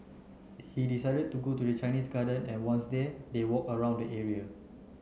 he decided to go to the Chinese Garden and once there they walked around the area